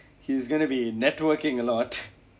he's gonna be networking a lot